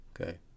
okay